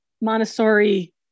Montessori